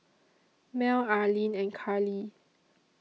Mel Arline and Karly